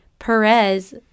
Perez